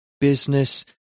business